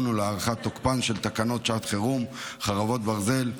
ולהארכת תוקפן של תקנות שעת חירום (חרבות ברזל)